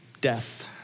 death